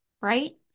right